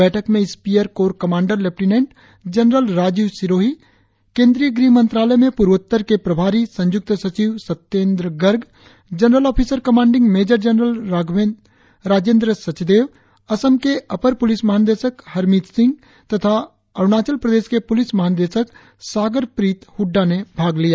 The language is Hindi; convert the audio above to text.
बैठक में Spear corps commander lieutenant general Rajiv Sirohi केंद्रीय गृह मंत्रालय में पूर्वोत्तर के प्रभारी संयुक्त सचिव Satyendra Garg general officer commanding major general Rajendra Sachdev Assam के अपर पुलिस महानिदेशक हरमीत सिंह तथा अरुणाचल प्रदेश के पुलिस महानिदेशक सागर प्रीत हुड्डा ने भाग लिया